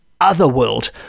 Otherworld